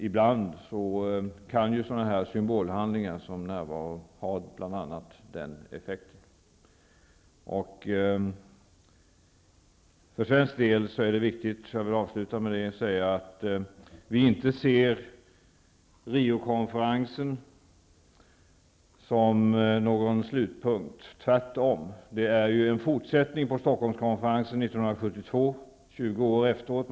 Ibland kan ju symbolhandlingar, som närvaro av vissa personer, ha en positiv effekt. Jag vill avsluta med att säga att vi inte ser Riokonferensen som någon slutpunkt, tvärtom. Det är en fortsättning på Stockholmskonferensen 1972, 20 år efteråt.